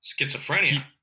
Schizophrenia